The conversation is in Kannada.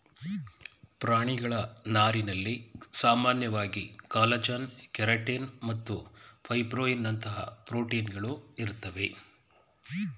ಪ್ರಾಣಿಗಳ ನಾರಿನಲ್ಲಿ ಸಾಮಾನ್ಯವಾಗಿ ಕಾಲಜನ್ ಕೆರಟಿನ್ ಮತ್ತು ಫೈಬ್ರೋಯಿನ್ನಂತಹ ಪ್ರೋಟೀನ್ಗಳು ಇರ್ತವೆ